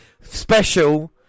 special